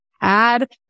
add